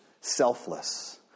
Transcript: selfless